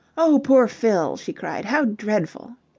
oh, poor fill! she cried. how dreadful!